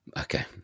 Okay